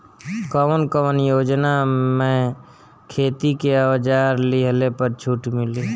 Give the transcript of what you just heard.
कवन कवन योजना मै खेती के औजार लिहले पर छुट मिली?